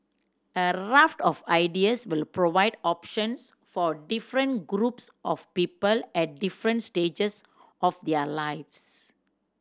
a raft of ideas will provide options for different groups of people at different stages of their lives